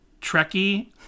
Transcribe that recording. Trekkie